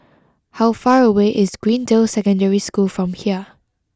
how far away is Greendale Secondary School from here